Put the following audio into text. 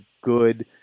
good